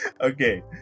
Okay